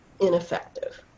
ineffective